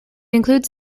includes